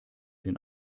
den